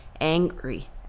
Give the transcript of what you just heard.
angry